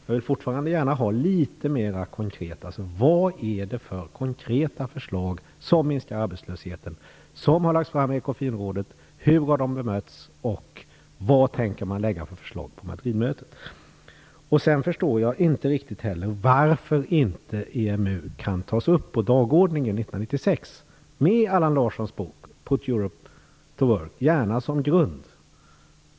Jag vill gärna veta vad det är för konkreta förslag som minskar arbetslösheten som lagts fram i Ecofinrådet, hur de har bemötts och vad man tänker lägga fram för förslag på Madridmötet. Jag förstår inte riktigt varför inte EMU kan tas upp på dagordningen 1996, med Allan Larssons bok Put Europe to Work gärna som grund.